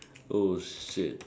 oh shit